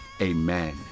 amen